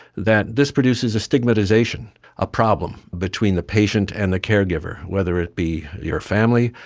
that this produces a stigmatisation, a problem between the patient and the caregiver, whether it be your family,